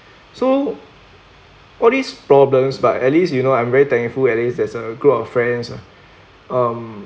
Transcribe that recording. so all these problems but at least you know I'm very thankful at least there's a group of friends um